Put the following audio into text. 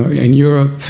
in europe,